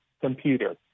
computer